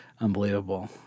Unbelievable